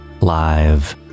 live